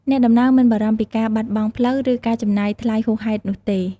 អ្នកដំណើរមិនបារម្ភពីការបាត់បង់ផ្លូវ ឬការចំណាយថ្លៃហួសហេតុនោះទេ។